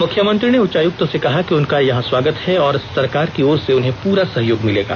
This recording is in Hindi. मुख्यमंत्री ने उच्चायुक्त से कहा कि उनका यहां स्वागत है और सरकार की ओर से उन्हें पूरा सहयोग मिलेगा